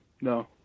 no